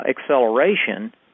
acceleration